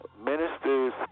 Ministers